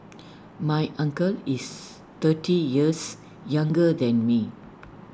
my uncle is thirty years younger than me